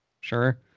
sure